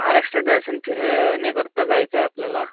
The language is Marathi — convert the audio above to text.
महाराष्ट्र दर्शन फिरण्याकरता जायचं आहे आपल्याला